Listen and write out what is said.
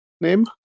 name